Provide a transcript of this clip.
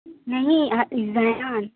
نہیں زین